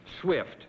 swift